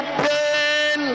pain